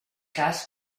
cas